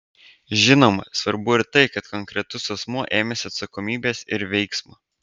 žinoma svarbu ir tai kad konkretus asmuo ėmėsi atsakomybės ir veiksmo